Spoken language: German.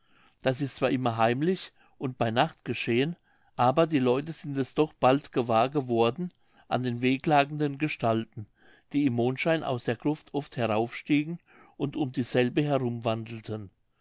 das ist zwar immer heimlich und bei nacht geschehen aber die leute sind es doch bald gewahr geworden an den wehklagenden gestalten die im mondschein aus der gruft oft heraufstiegen und um dieselbe herum